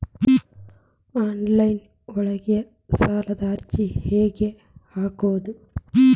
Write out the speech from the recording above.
Online ಒಳಗ ಸಾಲದ ಅರ್ಜಿ ಹೆಂಗ್ ಹಾಕುವುದು?